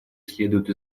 следует